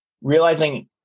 realizing